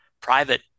private